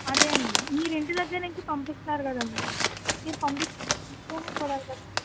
అదే అండి మీరు ఇంటి దగ్గర నుంచి పంపిస్తారు కదండీ మీరు పంపిచేటప్పుడు